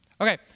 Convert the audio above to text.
Okay